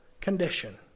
condition